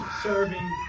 serving